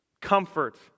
comfort